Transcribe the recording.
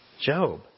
Job